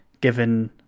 given